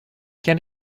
can